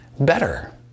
better